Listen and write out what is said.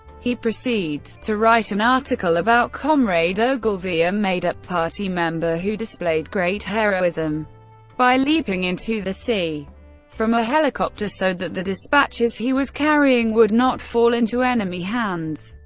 he proceeds to write an article about comrade ogilvy, a made-up party member who displayed great heroism by leaping into the sea from a helicopter so that the dispatches he was carrying would not fall into enemy hands.